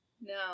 No